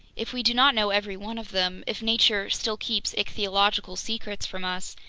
if we do not know every one of them, if nature still keeps ichthyological secrets from us,